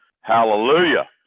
Hallelujah